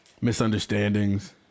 misunderstandings